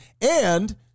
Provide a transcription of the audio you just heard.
and-